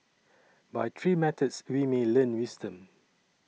by three methods we may learn wisdom